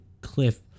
Cliff